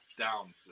down